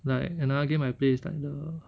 like another game I play it's like the